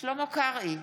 שלמה קרעי,